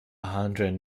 hundred